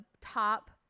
top